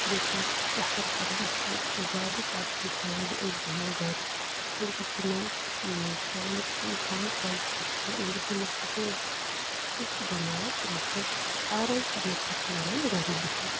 بیٚیہِ چھِ أسۍ پرٛیفر کران أسی چھِ زیادٕ ترجیح دِوان زِ أسی بیٚہمو گَرِی أسی گَژھو نہَ کامہِ کامہِ کاجس پٮ۪ٹھ کیٚنٛہہ أسی گَژھو نہَ سکوٗل کیٚنٛہہ یُس تہِ بٮ۪مار آسہِ تٔمِس چھِ أسی آرام کرنہٕ خٲطرٕ وَنان گَرِی بِہِو